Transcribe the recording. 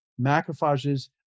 macrophages